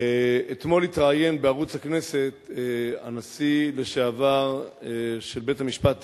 אתמול התראיין בערוץ הכנסת הנשיא לשעבר של בית-המשפט העליון,